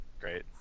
great